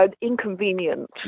inconvenient